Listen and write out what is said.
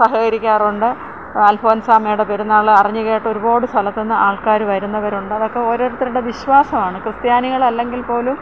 സഹകരിക്കാറുണ്ട് അല്ഫോണ്സാമ്മയുടെ പെരുന്നാൾ അറിഞ്ഞ് കേട്ട് ഒരുപാട് സലത്തുനിന്ന് ആള്ക്കാട് വരുന്നവരുണ്ട് അതൊക്കെ ഓരോരുത്തരുടെ വിശ്വാസമാണ് ക്രിസ്ത്യാനികൾ അല്ലെങ്കില്പ്പോലും